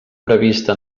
prevista